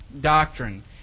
doctrine